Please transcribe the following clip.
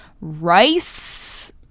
rice